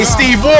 Steve